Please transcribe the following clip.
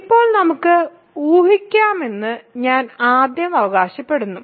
ഇപ്പോൾ നമുക്ക് ഊഹിക്കാമെന്ന് ഞാൻ ആദ്യം അവകാശപ്പെടുന്നു